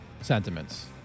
sentiments